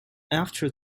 after